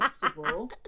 comfortable